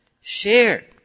share